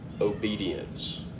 obedience